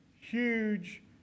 huge